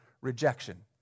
rejection